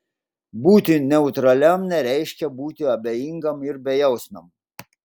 būti neutraliam nereiškia būti abejingam ir bejausmiam